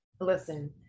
listen